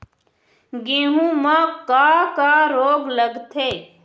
गेहूं म का का रोग लगथे?